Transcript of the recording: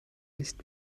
nicht